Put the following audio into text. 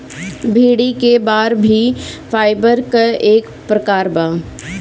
भेड़ी क बार भी फाइबर क एक प्रकार बा